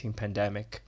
pandemic